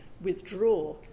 withdraw